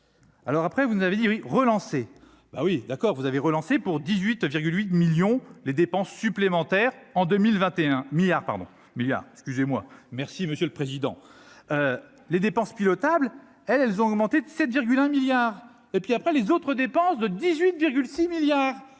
alors après, vous avez dit oui relancer bah oui d'accord, vous avez relancé pour 18 8 millions les dépenses supplémentaires en 2021 milliards pardon milliards excusez-moi, merci monsieur le président. Les dépenses pilotables elles, elles ont augmenté de 7,1 milliards et puis après, les autres dépenses de 18,6 milliards